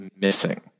missing